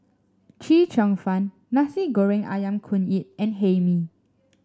Chee Cheong Fun Nasi Goreng ayam Kunyit and Hae Mee